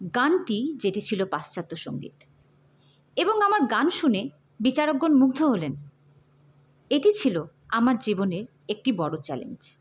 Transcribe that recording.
গানটি যেটি ছিল পাশ্চাত্য সঙ্গীত এবং আমার গান শুনে বিচারকগণ মুগ্ধ হলেন এটি ছিল আমার জীবনের একটি বড় চ্যালেঞ্জ